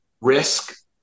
risk